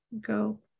go